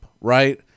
right